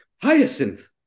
Hyacinth